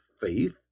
faith